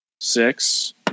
six